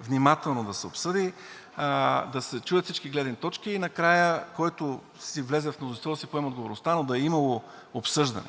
внимателно да се обсъди, да се чуят всички гледни точки и накрая, който си влезе в мнозинство, да си поеме отговорността, но да е имало обсъждане.